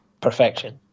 perfection